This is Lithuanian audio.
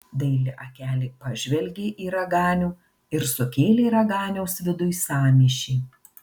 daili akelė pažvelgė į raganių ir sukėlė raganiaus viduj sąmyšį